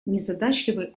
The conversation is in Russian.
незадачливый